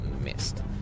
missed